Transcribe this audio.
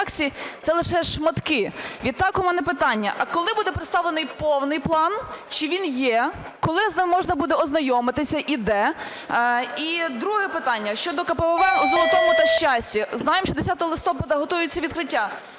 це лише шматки. Відтак у мене питання: а коли буде переставлений повний план, чи він є? Коли з ним можна буде ознайомитись і де? І друге питання: щодо КПВВ у "Золотому" та "Щасті". Знаємо, що 10 листопада готується відкриття.